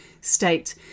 states